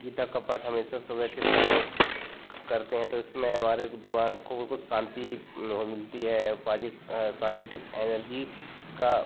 गीता का पाठ हमेशा सुबह के समय करते हैं तो इसमें हमारे को दिमाग को उनको शान्ति वह मिलती है और पाजिटिव एनर्जी का